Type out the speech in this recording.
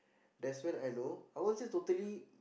that's when I know I won't say totally